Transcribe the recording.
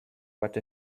what